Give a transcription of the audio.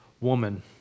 woman